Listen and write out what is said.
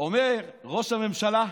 אומר: ראש הממשלה,